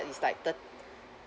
is like thirt~